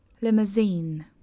limousine